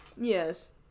Yes